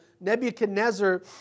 Nebuchadnezzar